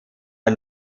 air